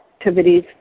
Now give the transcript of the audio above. activities